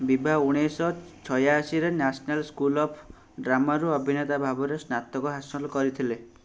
ବିଭା ଉଣେଇଶହ ଛୟାଅଶୀରେ national school of ଡ୍ରାମାରୁ ଅଭିନେତା ଭାବରେ ସ୍ନାତକ ହାସଲ କରିଥିଲେ